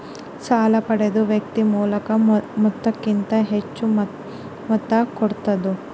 ಸಾಲ ಪಡೆದ ವ್ಯಕ್ತಿ ಮೂಲ ಮೊತ್ತಕ್ಕಿಂತ ಹೆಚ್ಹು ಮೊತ್ತ ಕೊಡೋದು